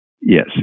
yes